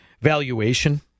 Valuation